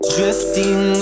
Drifting